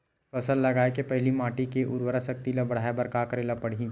फसल लगाय के पहिली माटी के उरवरा शक्ति ल बढ़ाय बर का करेला पढ़ही?